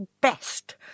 best